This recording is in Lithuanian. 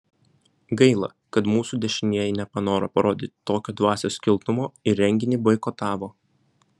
gaila kad mūsų dešinieji nepanoro parodyti tokio dvasios kilnumo ir renginį boikotavo